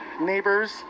neighbors